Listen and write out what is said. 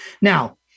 Now